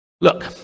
Look